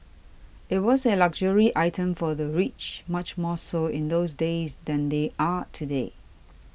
it was a luxury item for the rich much more so in those days than they are today